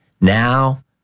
Now